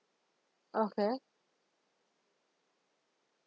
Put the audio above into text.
okay